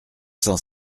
cent